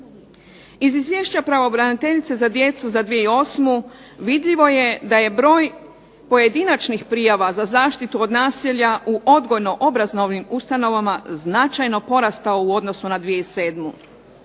Iz izvješća pravobraniteljice za djecu za 2008. vidljivo je da je broj pojedinačnih prijava za zaštitu od nasilja u odgojno-obrazovnim ustanovama značajno porastao u odnosu na 2007.